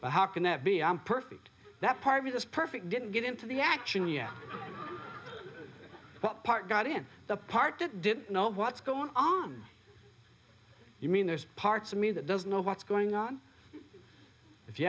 well how can that be perfect that party this perfect didn't get into the action yeah but part got him the part that didn't know what's going on you mean there's parts of me that doesn't know what's going on if you